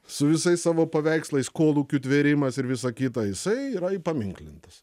su visais savo paveikslais kolūkių tvėrimas ir visa kita jisai yra įpaminklintas